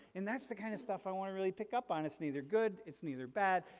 and that's the kind of stuff i want to really pick up on. it's neither good, it's neither bad,